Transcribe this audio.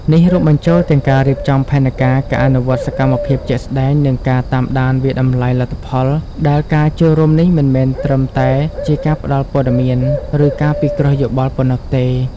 នេះរួមបញ្ចូលទាំងការរៀបចំផែនការ ការអនុវត្តសកម្មភាពជាក់ស្ដែង និងការតាមដានវាយតម្លៃលទ្ធផល ដែលការចូលរួមនេះមិនមែនត្រឹមតែជាការផ្ដល់ព័ត៌មាន ឬការពិគ្រោះយោបល់ប៉ុណ្ណោះទេ។